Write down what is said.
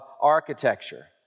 architecture